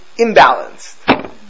imbalanced